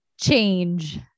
Change